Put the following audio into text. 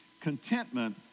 Contentment